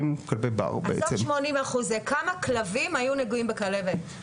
עזוב 80%. כמה כלבים היו נגועים בכלבת?